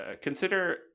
consider